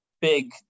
big